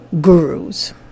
gurus